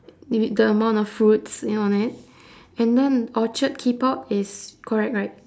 the amount of fruits you know on it and then orchard keep out is correct right